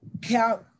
count